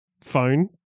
phone